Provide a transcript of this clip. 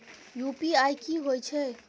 UPI की होय छै?